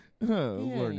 learning